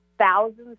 Thousands